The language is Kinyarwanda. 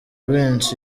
benshi